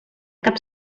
cap